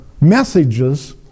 messages